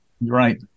Right